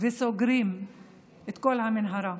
וסוגרים את כל המנהרה.